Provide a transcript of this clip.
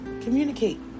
Communicate